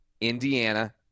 Indiana